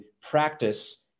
practice